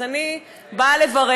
אז אני באה לברך.